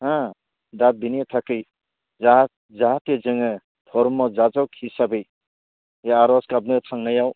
हो दा बिनि थाखै जा जाहाथे जोङो धर्म जाजग हिसाबै जे आरज गाबनो थांनायाव